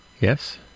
Yes